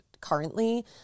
currently